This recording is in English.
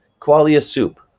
qualiasoup,